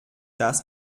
das